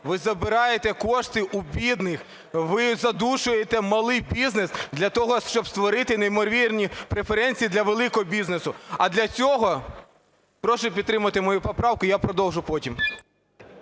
ви забираєте кошти у бідних, ви задушуєте малий бізнес для того, щоб створити неймовірні преференції для великого бізнесу, а для цього… Прошу підтримати мою поправку, я продовжу потім.